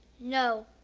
no,